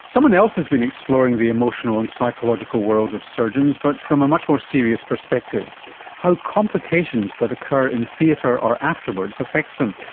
someone else has been exploring the emotional and psychological world of surgeons, but from a much more serious perspective how complications that occur in theatre or afterwards affects them.